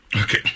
Okay